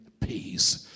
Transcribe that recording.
peace